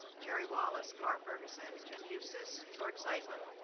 jerry wallace, carr ferguson, jim eustice, george zeitlin,